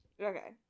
okay